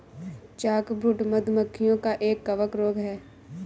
chalkbrood, मधु मक्खियों का एक कवक रोग है